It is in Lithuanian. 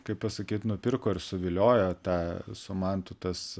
kaip pasakyt nupirko ir suviliojo tą su mantu tas